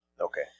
Okay